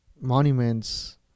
monuments